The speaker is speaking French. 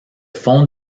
fonds